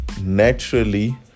naturally